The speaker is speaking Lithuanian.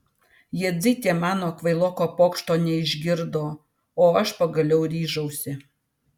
jadzytė mano kvailoko pokšto neišgirdo o aš pagaliau ryžausi